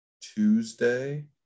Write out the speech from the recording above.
Tuesday